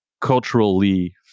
culturally